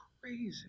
crazy